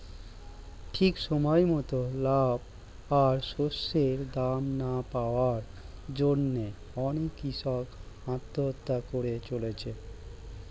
ঠিক সময় মতন লাভ আর শস্যের দাম না পাওয়ার জন্যে অনেক কূষক আত্মহত্যা করে চলেছে